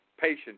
patient